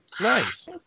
Nice